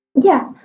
Yes